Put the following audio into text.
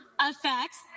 effects